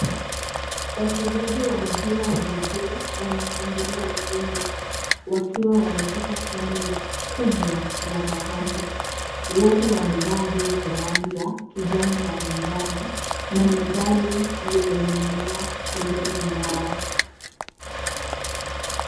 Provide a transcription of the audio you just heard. Wachezaji wa mpira wa miguu wanashangilia ushindi. Wakiwa wameshika kombe kubwa la dhahabu. Wote wamevaa jezi za rangi ya kijani na manjano, na medali zimening'inia shingoni mwao.